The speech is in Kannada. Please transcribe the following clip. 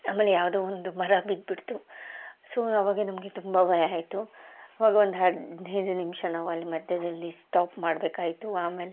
ಆಮೇಲೆ ಯಾವುದೋ ಒಂದು ಮರ ಬಿದ್ಬಿಡ್ತು ಸೊ ಆವಾಗ ನಮಗೆ ತುಂಬಾ ಭಯ ಆಯಿತು ಆವಾಗ ಒಂದು ಹದಿನೈದು ನಿಮಿಷ ನಾವು ಅಲ್ಲಿ ಮಧ್ಯದಲ್ಲಿ ಸ್ಟಾಪ್ ಮಾಡ್ಬೇಕಾಯಿತು ಆಮೇಲೆ